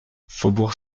faubourg